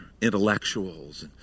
intellectuals